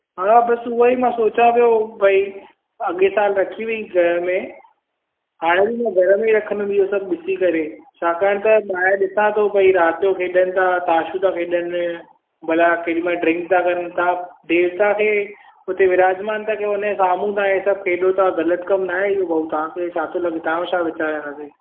हा बसि उहाई मां सोचियां पयो भई अॻे साल रखी हुई घर में हाणे बि घर में ई रखंदुसि इहो सभु ॾिसी करे छाकाणि त ॿाहिरि ॾिसां थो भई राति जो खेॾनि था ताशूं था खेॾनि भला केॾीमहिल ड्रिंक था कनि तव्हां देवता खे उते विराजमान था कयो हुनजे सामुहूं तव्हां इहे सभु खेॾो था ग़लति कमु नाहे हीउ भाउ तव्हां खे छा थो लॻे तव्हां जो छा वीचारु आहे हिनते